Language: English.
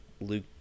Luke